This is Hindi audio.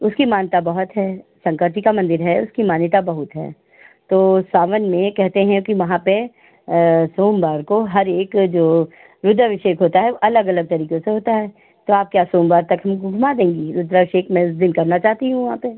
उसकी मानता बहुत है शंकर जी का मन्दिर है उसकी मान्यता बहुत है तो सावन में यह कहते हैं कि वहाँ पर सोमवार को हर एक जो रुद्राभिषेक होता है वह अलग अलग तरीके से होता है तो आप क्या सोमवार तक हमको घुमा देंगी रुद्राभिषेक मैं उस दिन करना चाहती हूँ वहाँ पर